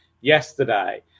yesterday